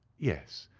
yes.